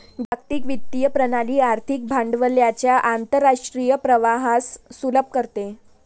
जागतिक वित्तीय प्रणाली आर्थिक भांडवलाच्या आंतरराष्ट्रीय प्रवाहास सुलभ करते